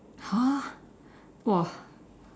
!huh! !wah!